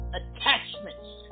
attachments